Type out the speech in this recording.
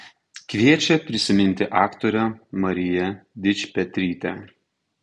kviečia prisiminti aktorę mariją dičpetrytę